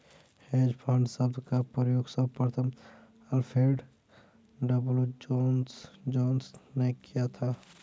hedge fund शब्द का प्रयोग सर्वप्रथम अल्फ्रेड डब्ल्यू जोंस ने किया था